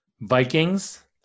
Vikings